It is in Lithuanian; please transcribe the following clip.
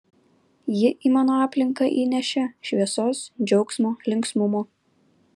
ji į mano aplinką įnešė šviesos džiaugsmo linksmumo